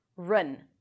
Run